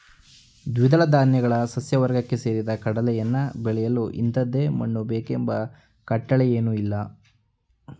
ದ್ವಿದಳ ಧಾನ್ಯಗಳ ಸಸ್ಯವರ್ಗಕ್ಕೆ ಸೇರಿದ ಕಡಲೆಯನ್ನು ಬೆಳೆಯಲು ಇಂಥದೇ ಮಣ್ಣು ಬೇಕೆಂಬ ಕಟ್ಟಳೆಯೇನೂಇಲ್ಲ